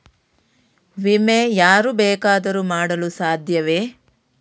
ವಿಮೆ ಯಾರು ಬೇಕಾದರೂ ಮಾಡಲು ಸಾಧ್ಯವೇ?